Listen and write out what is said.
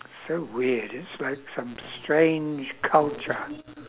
so weird it's like some strange culture